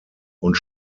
und